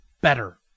better